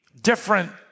different